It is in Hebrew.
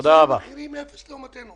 תתביישו לכם.